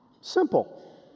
Simple